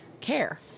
care